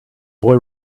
boy